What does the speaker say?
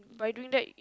by doing that